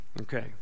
Okay